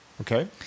Okay